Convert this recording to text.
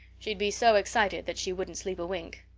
she'd be so excited that she wouldn't sleep a wink.